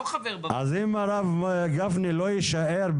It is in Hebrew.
אז אם הרב גפני לא יישאר,